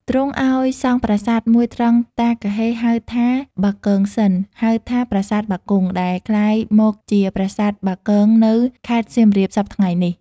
ទ្រង់ឲ្យសង់ប្រាសាទមួយត្រង់តាគហ៊េហៅថា បាគងសិន ហៅថា "ប្រាសាទបាគង់" ដែលក្លាយមកជាប្រាសាទបាគង នៅ ខេត្តសៀមរាបសព្វថៃ្ងនេះ។